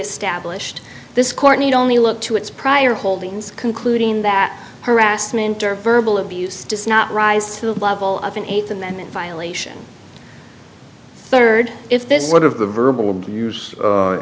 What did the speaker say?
established this court need only look to its prior holdings concluding that harassment or verbal abuse does not rise to the level of an eighth amendment violation third if this is one of the verbal abuse